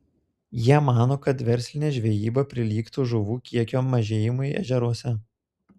jie mano kad verslinė žvejyba prilygtų žuvų kiekio mažėjimui ežeruose